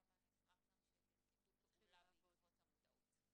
עכשיו אני אשמח גם שתנקטו פעולה בעקבות המודעות.